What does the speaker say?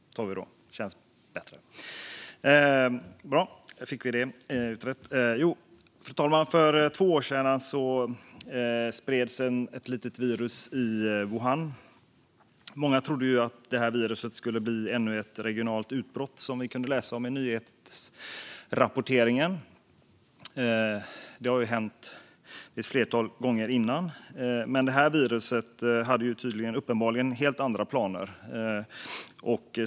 Fru talman! Jag vill börja med att yrka bifall till reservation 5 om ekonomisk ersättning. Fru talman! För två år sedan spreds ett litet virus i Wuhan. Många trodde att det skulle bli ännu ett regionalt utbrott som vi kunde läsa om i nyhetsrapporteringen. Det har ju hänt ett flertal gånger tidigare. Men det här viruset hade uppenbarligen helt andra planer.